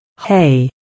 Hey